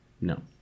No